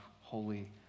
holy